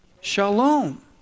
Shalom